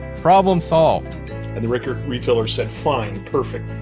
problem solved and the record retailer said, fine, perfect.